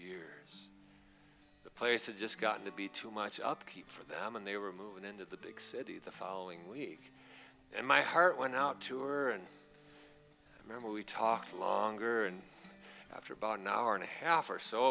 years the place had just gotten to be too much upkeep for them and they were moving into the big city the following week and my heart went out to er and remember we talked longer and after about an hour and a half or so